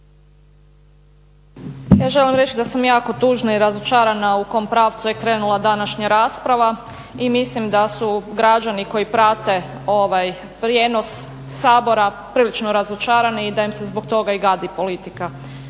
Ja želim reći da sam jako tužna i razočarana u kom pravcu je krenula današnja rasprava i mislim da su građani koji prate ovaj prijenos Sabora prilično razočarani i da im se zbog toga i gadi politika.